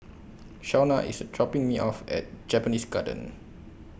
Shawna IS dropping Me off At Japanese Garden